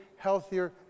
healthier